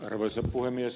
arvoisa puhemies